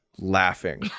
Laughing